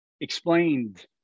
explained